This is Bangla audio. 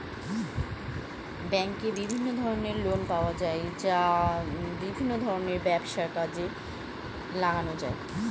আমরা ব্যাঙ্ক থেকে যেসব এডুকেশন লোন পাবো